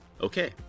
Okay